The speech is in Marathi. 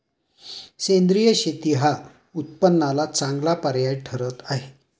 सेंद्रिय शेती हा उत्पन्नाला चांगला पर्याय ठरत आहे